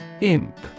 Imp